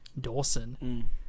Dawson